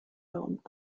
und